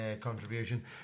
contribution